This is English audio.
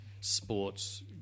sports